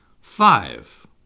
Five